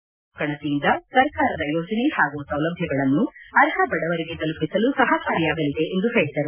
ಜಾತಿವಾರು ಗಣತಿಯಿಂದ ಸರ್ಕಾರದ ಯೋಜನೆ ಹಾಗೂ ಸೌಲಭ್ವಗಳನ್ನು ಅರ್ಹ ಬಡವರಿಗೆ ತಲುಪಿಸಲು ಸಹಕಾರಿಯಾಗಲಿದೆ ಎಂದು ಅವರು ಹೇಳಿದರು